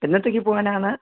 എന്നത്തേക്ക് പോകാനാണ്